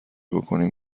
بکنیم